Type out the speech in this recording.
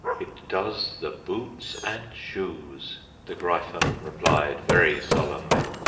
it does the boots and shoes the gryphon replied very solemnly.